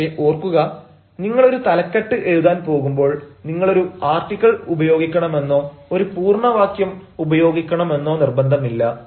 പക്ഷെ ഓർക്കുക നിങ്ങൾ ഒരു തലക്കെട്ട് എഴുതാൻ പോകുമ്പോൾ നിങ്ങൾ ഒരു ആർട്ടിക്കിൾ ഉപയോഗിക്കണമെന്നോ ഒരു പൂർണ്ണ വാക്യം ഉപയോഗിക്കണമെന്നോ നിർബന്ധമില്ല